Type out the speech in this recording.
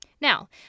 Now